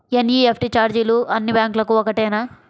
NEFT ఛార్జీలు అన్నీ బ్యాంక్లకూ ఒకటేనా?